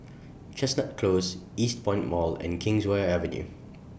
Chestnut Close Eastpoint Mall and Kingswear Avenue